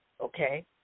okay